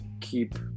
keep